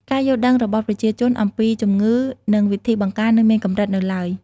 ការយល់ដឹងរបស់ប្រជាជន អំពីជំងឺ និងវិធីបង្ការនៅមានកម្រិតនៅឡើយ។